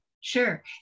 Sure